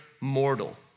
mortal